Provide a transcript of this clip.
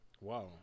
Wow